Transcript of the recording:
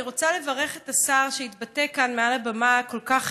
אני רוצה לברך את השר שהתבטא כאן מעל הבמה כל כך,